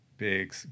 Big